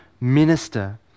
minister